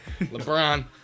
LeBron